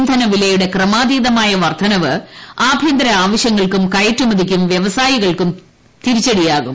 ഇന്ധനവിലയുടെ ക്രമാതീതമായ ആഭ്യന്തര ആവശ്യങ്ങൾക്കും വർധനവ് കയറ്റുമതിക്കും വ്യവസായികൾക്കും തിരിച്ചടിയാകും